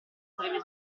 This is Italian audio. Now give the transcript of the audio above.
sarebbe